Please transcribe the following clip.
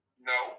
No